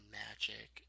magic